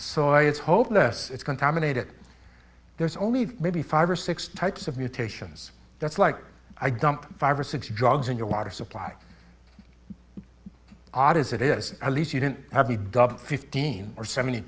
soy it's hopeless it's contaminated there's only maybe five or six types of mutations that's like i dumped five or six drugs in your water supply odd as it is at least you didn't have a double fifteen or seventy